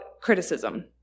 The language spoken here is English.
criticism